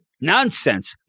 nonsense